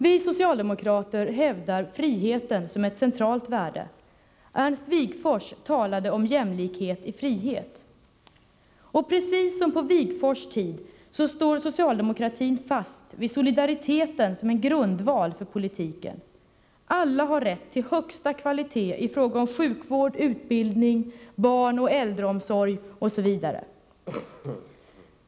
Vi socialdemokrater hävdar friheten som ett centralt värde. Ernst Wigforss talade om jämlikhet i frihet. Precis som på Wigforss tid står socialdemokratin fast vid solidariteten som en grundval för politiken. Alla har rätt till högsta kvalitet i fråga om sjukvård, utbildning, barnoch äldreomsorg osv.